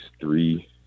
three